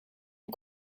een